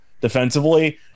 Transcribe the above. defensively